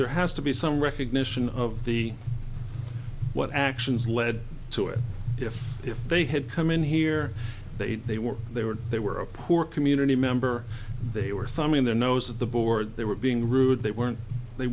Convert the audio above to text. there has to be some recognition of the what actions lead to it if if they had come in here they they were they they were were a poor community member they were thumbing their nose at the board they were being rude they weren't they